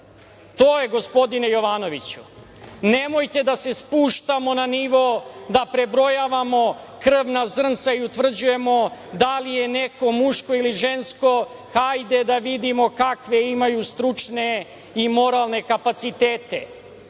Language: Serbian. je gospodine Jovanoviću. Nemojte da se spuštamo na nivou da prebrojavamo krvna zrnca i utvrđujemo da li je neko muško ili žensko, hajde da vidimo kakve imaju stručne i moralne kapacitete.